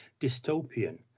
dystopian